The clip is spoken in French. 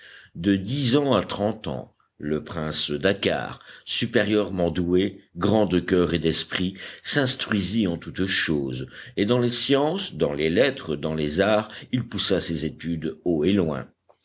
de dix ans à trente ans le prince dakkar supérieurement doué grand de coeur et d'esprit s'instruisit en toutes choses et dans les sciences dans les lettres dans les arts il poussa ses études haut et loin